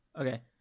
okay